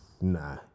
nah